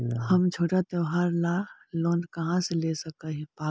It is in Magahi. हम छोटा त्योहार ला लोन कहाँ से ले सक ही?